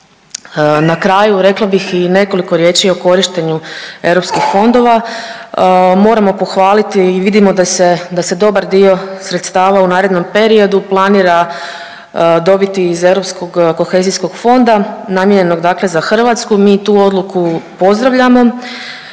Na kraju rekla bih i nekoliko riječi o korištenju europskih fondova. Moramo pohvaliti i vidimo da se, da se dobar dio sredstava u narednom periodu planira dobiti iz Europskog kohezijskog fonda namijenjenog dakle za Hrvatsku. Mi tu odluku pozdravljamo